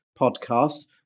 podcast